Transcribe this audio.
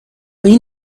این